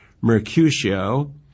Mercutio